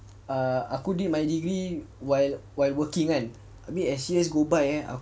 err aku did my degree while while working kan abeh as years go by eh